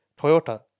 Toyota